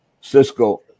cisco